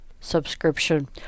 subscription